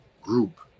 group